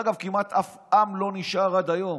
כמעט אף עם לא נשאר עד היום.